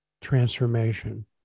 transformation